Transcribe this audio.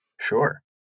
Sure